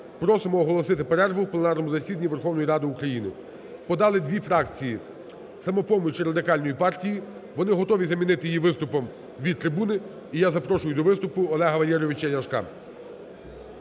просимо оголосити перерву у пленарному засіданні Верховної Ради України. Подали дві фракції "Самопоміч" і Радикальної партії, вони готові замінити її виступом від трибуни. І я запрошую до виступу Олега Валерійовича Ляшка.